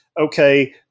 okay